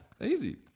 easy